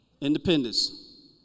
Independence